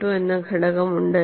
12 എന്ന ഘടകം ഉണ്ട്